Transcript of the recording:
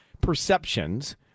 perceptions